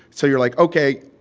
so you're like, ok.